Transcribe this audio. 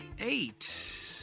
eight